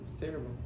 terrible